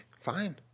fine